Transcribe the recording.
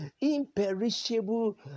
imperishable